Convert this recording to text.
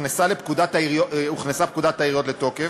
נכנסה פקודת העיריות לתוקף,